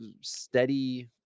steady